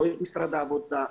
לא את משרד העבודה,